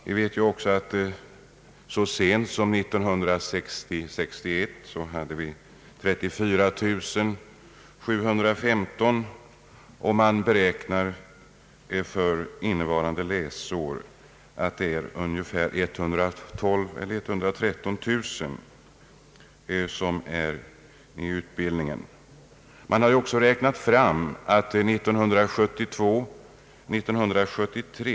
Vi vet också att vi så sent som 1960/61 hade 34 715 ungdomar under sådan utbildning. För innevarande läsår beräknar man att motsvarande siffra är 112 000 —L113 000.